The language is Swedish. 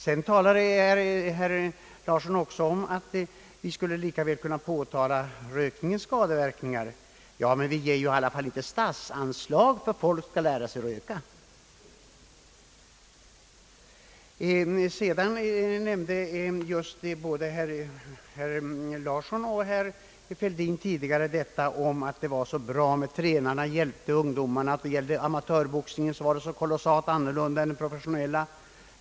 Herr Larsson tog också upp frågar om rökningens skadeverkningar. Jäg vill dock framhålla att vi ändå inte bei viljar statsbidrag för att lära folk>ått röka. idi Sedan nämnde just både herr Larsson och tidigare herr Fälldin att det var så bra att tränarna hjälpte uifgåomarna. När det gällde amatörbosfilhgen skulle det där vara kolossalt rHycket bättre än inom den professioneH4” Bei ningen.